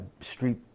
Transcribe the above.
street